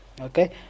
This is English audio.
okay